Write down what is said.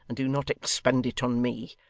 and do not expend it on me.